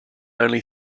only